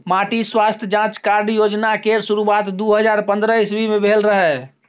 माटि स्वास्थ्य जाँच कार्ड योजना केर शुरुआत दु हजार पंद्रह इस्बी मे भेल रहय